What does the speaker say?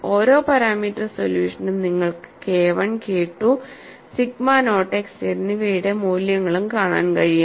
ഓരോ പാരാമീറ്റർ സൊല്യൂഷനും നിങ്ങൾക്ക് KI K II sigma naught x എന്നിവയുടെ മൂല്യങ്ങളും കാണാൻ കഴിയും